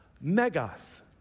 megas